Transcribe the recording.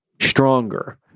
Stronger